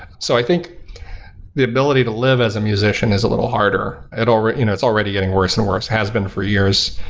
so i think the ability to live as a musician is a little harder. and you know it's already getting worse and worse, has been for years.